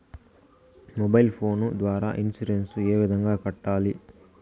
mobile phone ద్వారా insurance ఏ విధంగా కట్టాలి